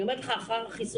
אני אומר לך: אחרי חיסון,